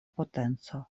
potenco